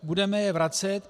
Budeme je vracet?